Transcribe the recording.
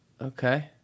Okay